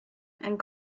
and